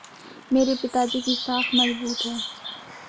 मेरे पिताजी की साख मजबूत है